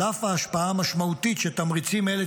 על אף ההשפעה המשמעותית שתמריצים אלה